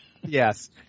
Yes